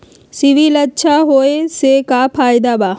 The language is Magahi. सिबिल अच्छा होऐ से का फायदा बा?